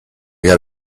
get